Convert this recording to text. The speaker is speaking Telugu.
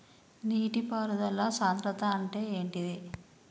నీటి పారుదల సంద్రతా అంటే ఏంటిది?